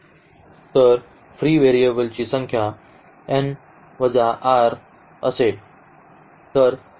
तर फ्री व्हेरिएबल्सची संख्या n वजा r असेल